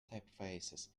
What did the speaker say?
typefaces